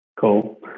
Cool